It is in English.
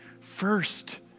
first